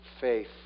faith